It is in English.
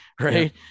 right